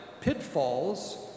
pitfalls